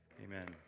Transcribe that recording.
amen